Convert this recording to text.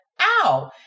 ow